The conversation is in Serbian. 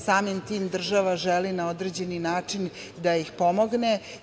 Samim tim država želi na određeni način da ih pomogne.